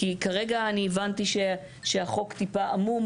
כי כרגע אני הבנתי שהחוק טיפה עמום